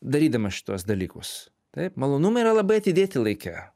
darydamas šituos dalykus taip malonumai yra labai atidėti laike